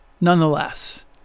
nonetheless